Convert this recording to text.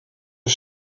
des